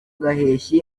gaheshyi